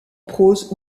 prose